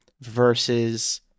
versus